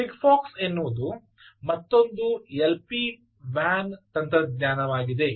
Sigfox ಎನ್ನುವುದು ಮತ್ತೊಂದು LPWAN ತಂತ್ರಜ್ಞಾನವಾಗಿದೆ